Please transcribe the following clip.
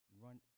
run